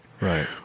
Right